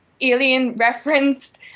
Alien-referenced